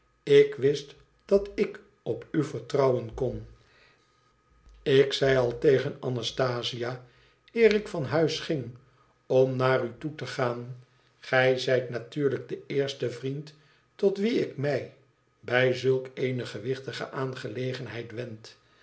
ik wist dat ik op u vertrouwen kon ik zei al tegen anastasia eer ik van huis ging om naar u toe te gaan gij zijt natuurlijk de eerste vriend tot wien ik mij bij zulk eene gewichtige aangelegenheid wend